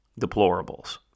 deplorables